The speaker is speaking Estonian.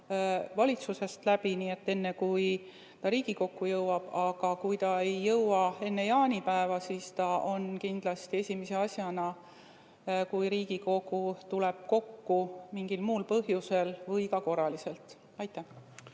valitsusest läbi, enne kui Riigikokku jõuab. Aga kui ei jõua enne jaanipäeva, siis see on kindlasti esimene asi, kui Riigikogu tuleb kokku mingil muul põhjusel või ka korraliselt. Aitäh!